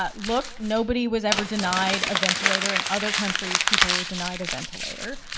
but look nobody was ever denied a ventilator. in other countries, people were denied a ventilator.